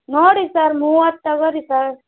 ನೋಡಿ ಸರ್ ಮೂವತ್ತು ತಗೊಳಿ ಸರ್